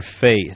faith